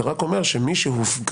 זה רק אומר שמי שהופקד